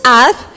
up